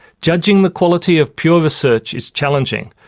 judging the quality of pure research is challenging,